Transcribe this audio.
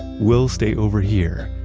we'll stay over here,